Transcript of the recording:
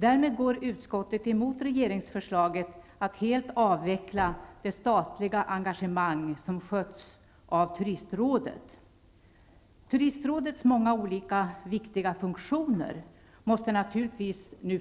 Därmed går utskottet emot regeringsförslaget att helt avveckla det statliga engagemang som skötts av Turistrådet. Turistrådets många olika viktiga funktioner måste naturligtvis